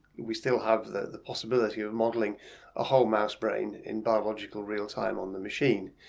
we still have the the possibility of modeling a whole mouse brain in biological real-time on the machine,